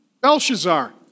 Belshazzar